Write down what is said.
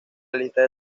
lista